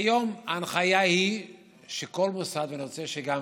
כיום ההנחיה היא שכל מוסד, ואני רוצה שגם